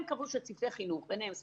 הם קבעו שצוותי חינוך, ביניהם סייעות,